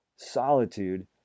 Solitude